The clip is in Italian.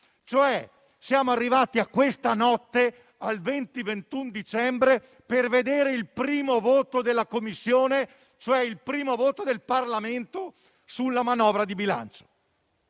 Siamo arrivati a questa notte, al 20-21 dicembre, per vedere il primo voto della Commissione, ossia il primo voto del Parlamento sulla manovra di bilancio: